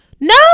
No